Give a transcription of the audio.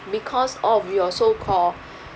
because of your so called